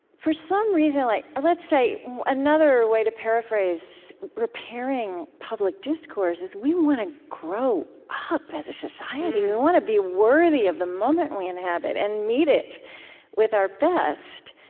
for some reason like let's say another way to paraphrase repairing public discourse is, we want to grow up as a society. we want to be worthy of the moment we inhabit and meet it with our best.